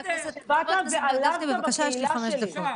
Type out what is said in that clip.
באת ועלבת בקהילה שלי.